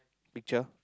picture